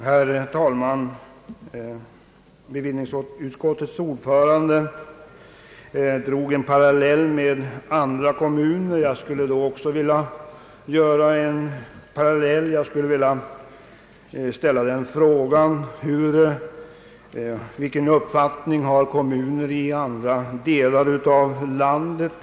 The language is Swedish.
Herr talman! Bevillningsutskottets ordförande gjorde en jämförelse med andra kommuner. Jag skulle också vilja dra en parallell och fråga: Vilken uppfattning har man i kommuner i andra delar av landet?